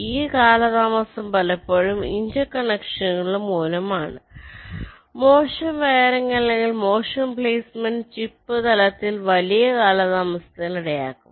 ഈ കാലതാമസം പലപ്പോഴും ഇന്റർ കണക്ഷനുകൾ മൂലമാണ് മോശം വയറിംഗ് അല്ലെങ്കിൽ മോശം പ്ലേസ്മെന്റ് ചിപ്പ് തലത്തിൽ വലിയ കാലതാമസത്തിന് ഇടയാക്കും